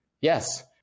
Yes